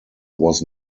was